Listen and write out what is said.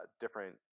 different